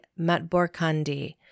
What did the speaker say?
Matborkandi